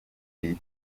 iyi